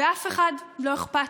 ולאף אחד לא אכפת.